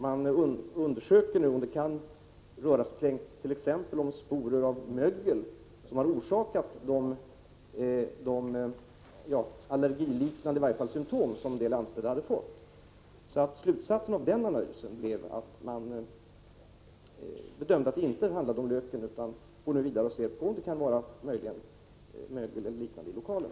Man undersöker nu om det kan vara t.ex. sporer av mögel som har orsakat de allergiliknande symtom som en del av de anställda har fått. Slutsatsen av den analysen blev att man bedömde att det inte handlade om löken. Man går nu vidare för att undersöka om det möjligen kan vara mögel eller liknande i lokalen.